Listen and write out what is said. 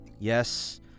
Yes